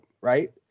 right